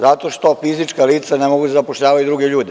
Zato što fizička lica ne mogu da zapošljavaju druge ljude.